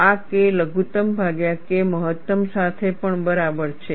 આ K લઘુત્તમ ભાગ્યા K મહત્તમ સાથે પણ બરાબર છે